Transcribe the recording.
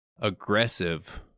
aggressive